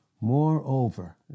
Moreover